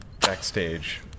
backstage